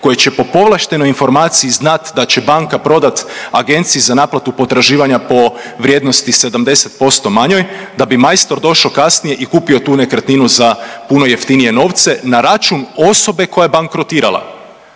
koje će po povlaštenoj informaciji znati da će banka prodati agenciji za naplatu potraživanja po vrijednosti 70% manjoj, da bi majstor došao kasnije i kupio tu nekretninu za puno jeftinije novce na račun osobe koja je bankrotirala.